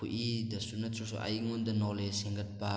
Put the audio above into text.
ꯈꯨꯏꯗꯁꯨ ꯅꯠꯇ꯭ꯔꯁꯨ ꯑꯩꯉꯣꯟꯗ ꯅꯣꯂꯦꯖ ꯍꯦꯟꯒꯠꯄ